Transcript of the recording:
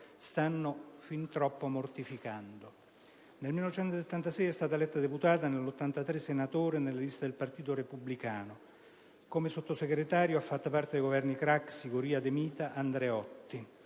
stanno fin troppo mortificando. Nel 1976 è stata eletta deputato e nel 1983 senatore nelle liste del Partito Repubblicano. Come Sottosegretario ha fatto parte dei Governi Craxi, Goria, De Mita e Andreotti.